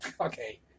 okay